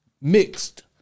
mixed